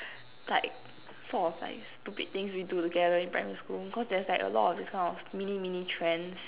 like sort of like stupid things we do together in primary school cause there's like a lot of this kind of mini mini trends